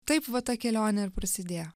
taip va ta kelionė ir prasidėjo